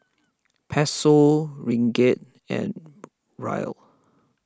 Peso Ringgit and Riel